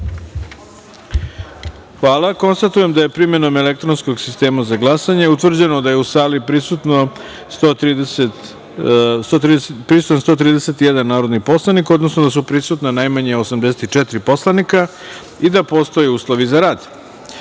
kartice. Hvala. Konstatujem da je primenom elektronskog sistema za glasanje utvrđeno da je u sali prisutan 131 narodni poslanik, odnosno da su prisutna najmanje 84 poslanika i da postoje uslovi za